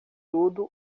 tudo